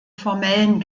formellen